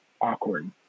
awkward